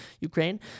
Ukraine